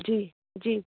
जी जी